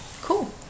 Cool